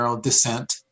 descent